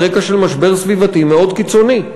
על רקע של משבר סביבתי מאוד קיצוני.